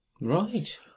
Right